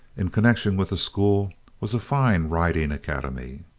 in connection with the school was a fine riding academy.